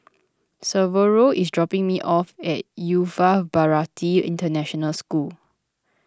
Severo is dropping me off at Yuva Bharati International School